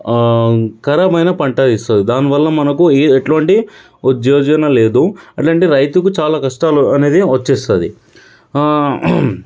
కరమైన పంట ఇస్తుంది దానివల్ల మనకు ఏ ఎటువంటి ఉజ్జోజన లేదు అలంటి రైతులకు చాలా కష్టాలు అనేది వచ్చేస్తుంది